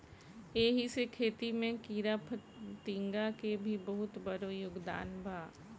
एही से खेती में कीड़ाफतिंगा के भी बहुत बड़ योगदान बा